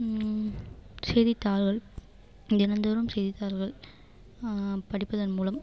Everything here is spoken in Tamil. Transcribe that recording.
செய்தித்தாள்கள் தினந்தோறும் செய்தித்தாள்கள் படிப்பதன் மூலம்